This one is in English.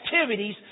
activities